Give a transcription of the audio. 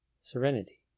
serenity